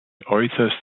äußerst